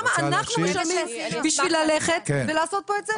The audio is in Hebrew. כמה אנחנו משלמים בשביל ללכת ולעשות פה את זה.